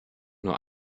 nur